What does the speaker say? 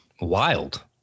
wild